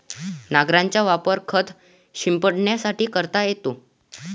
नांगराचा वापर खत शिंपडण्यासाठी करता येतो